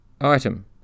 Item